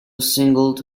singled